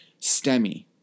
STEMI